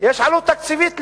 יש עלות תקציבית לזה.